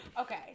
Okay